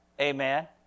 Amen